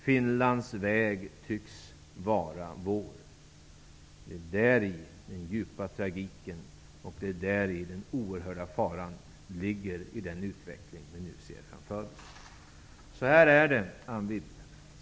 Finlands väg tycks vara vår. Det är däri den djupa tragiken och den oerhörda faran ligger i den utveckling som vi nu ser framför oss. Så här är det, Anne Wibble.